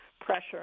pressure